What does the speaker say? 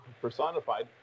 personified